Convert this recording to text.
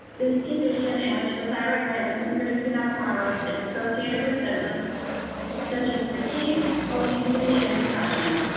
this condition in which the thyroid gland doesn't produce enough hormones is associated with symptoms such as fatigue, obesity and depression.